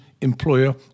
employer